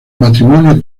matrimonio